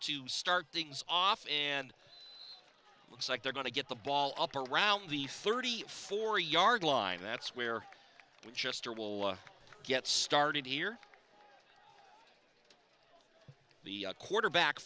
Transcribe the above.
to start things off and it looks like they're going to get the ball up around the thirty four yard line that's where we just are will get started here the quarterback